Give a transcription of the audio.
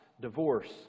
divorce